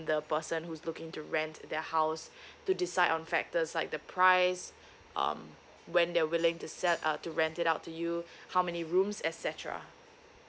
the person who's looking to rent their house to decide on factors like the price um when they are willing to sell uh to rent it out to you how many rooms etcetera